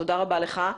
תודה רבה לך.